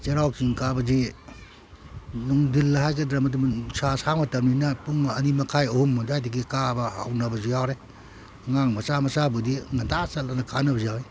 ꯆꯩꯔꯥꯎ ꯆꯤꯡ ꯀꯥꯕꯁꯤ ꯅꯨꯡꯗꯤꯜ ꯍꯥꯏꯒꯗ꯭ꯔꯥ ꯃꯗꯨꯃ ꯅꯨꯡꯁꯥ ꯁꯥ ꯃꯇꯝꯅꯤꯅ ꯄꯨꯡ ꯑꯅꯤ ꯃꯈꯥꯏ ꯑꯍꯨꯝ ꯑꯗꯥꯏꯗꯒꯤ ꯀꯥꯕ ꯍꯧꯅꯕꯁꯨ ꯌꯥꯎꯔꯦ ꯑꯉꯥꯡ ꯃꯆꯥ ꯃꯆꯥꯕꯨꯗꯤ ꯉꯟꯇꯥ ꯆꯠꯂꯒ ꯀꯥꯅꯕꯁꯨ ꯌꯥꯎꯏ